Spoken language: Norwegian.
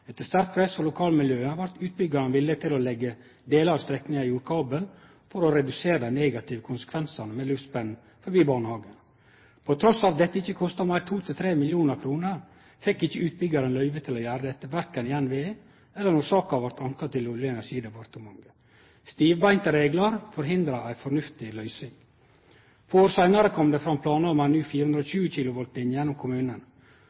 Etter sterkt press frå lokalmiljøet var utbyggjaren villig til å leggje delar av strekninga i jordkabel for å redusere dei negative konsekvensane med luftspenn forbi barnehagen. Trass i at dette ikkje kosta meir enn 2–3 mill. kr, fekk ikkje utbyggjaren løyve til å gjere dette, korkje i NVE eller då saka vart anka til Olje- og energidepartementet. Stivbeinte reglar hindra ei fornuftig løysing. Få år seinare kom det fram planar om ei ny 420 kV-linje gjennom kommunen. Hornindalsvassdraget vart utbygt i 1960-åra og